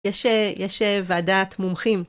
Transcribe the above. יש... יש ועדת מומחים.